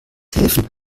helfen